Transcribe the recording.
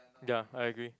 ya I agree